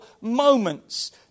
moments